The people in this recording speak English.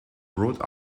brought